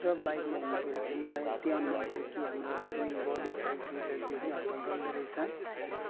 र बाइकमा हिँड्दाखेरि चाहिँ मलाई त्यो अनुभव भयो कि हाम्रो जुन बडी छ जिउ छ जिउ पनि हलका गल्दो रहेछ